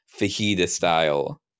fajita-style